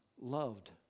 loved